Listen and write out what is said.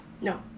No